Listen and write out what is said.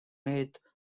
made